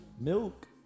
Milk